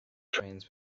trains